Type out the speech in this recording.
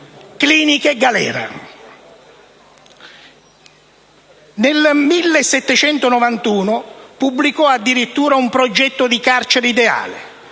clinica e galera. Nel 1791 pubblicò addirittura un progetto di carcere ideale,